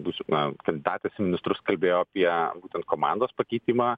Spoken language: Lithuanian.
bus na kandidatas į ministrus kalbėjo apie būtent komandos pakeitimą